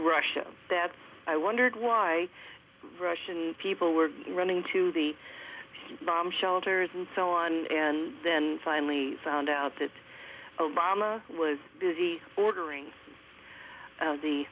russia that i wondered why russian people were running to the bomb shelters and so on and then finally found out that obama was busy ordering